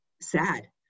sad